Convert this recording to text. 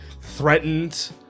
threatened